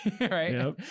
Right